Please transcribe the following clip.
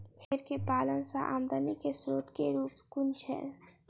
भेंर केँ पालन सँ आमदनी केँ स्रोत केँ रूप कुन छैय?